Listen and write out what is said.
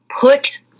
put